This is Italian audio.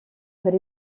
per